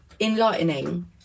enlightening